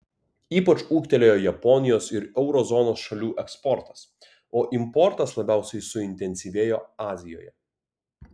ypač ūgtelėjo japonijos ir euro zonos šalių eksportas o importas labiausiai suintensyvėjo azijoje